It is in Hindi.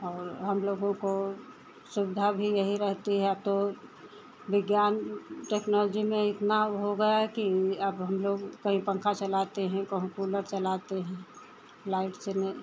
और हमलोगों को सुविधा भी यही रहती है अब तो विज्ञान टेक्नोलॉजी में इतना हो गया है कि अब हमलोग कहीं पन्खा चलाते हैं कहीं कूलर चलाते हैं लाइट से